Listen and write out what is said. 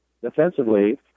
defensively